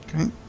okay